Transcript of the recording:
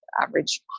average